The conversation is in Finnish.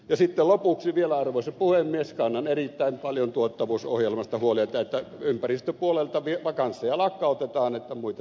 sitten lopuksi vielä arvoisa puhemies kannan erittäin paljon tuottavuusohjelmasta huolta kun ympäristöpuolelta vakansseja lakkautetaan jotta muita saadaan säilyttää